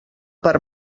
per